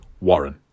Warren